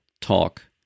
talk